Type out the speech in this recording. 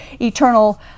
eternal